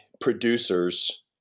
producers